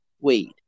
weed